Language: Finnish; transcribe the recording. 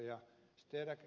sitten ed